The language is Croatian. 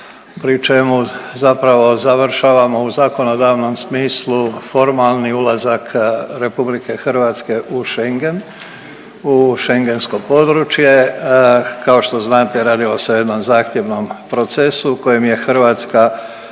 pri čemu zapravo završavamo u zakonodavnom smislu formalni ulazak RH u Schengen, u schengensko područje. Kao što znate radilo se o jednom zahtjevnom procesu u kojem je Hrvatska